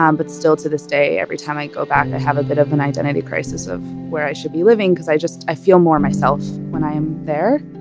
um but still to this day every time i go back i have a bit of an identity crisis of where i should be living because i just, i feel more myself when i am there.